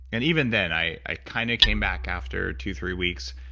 and even then i i kind of came back after two, three weeks,